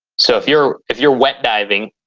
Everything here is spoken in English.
so if you're. if you're wet diving,